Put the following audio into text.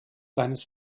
seines